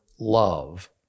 Love